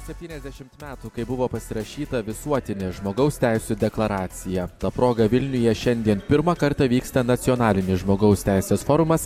septyniasdešimt metų kai buvo pasirašyta visuotinė žmogaus teisių deklaracija ta proga vilniuje šiandien pirmą kartą vyksta nacionalinis žmogaus teisės forumas